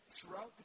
throughout